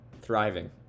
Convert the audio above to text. thriving